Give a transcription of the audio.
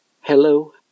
Hello